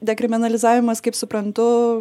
dekriminalizavimas kaip suprantu